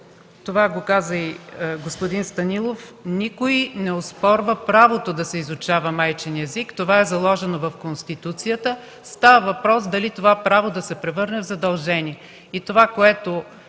това го каза и господин Станилов – никой не оспорва правото да се изучава майчиният език, това е заложено в Конституцията. Става въпрос дали това право да се превърне в задължение.